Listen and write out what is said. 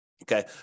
Okay